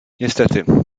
niestety